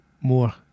more